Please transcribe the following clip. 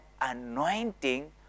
anointing